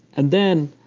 and then,